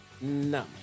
No